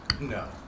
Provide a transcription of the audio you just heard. No